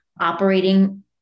operating